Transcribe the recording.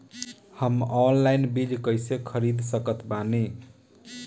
हम ऑनलाइन बीज कइसे खरीद सकत बानी?